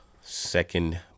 second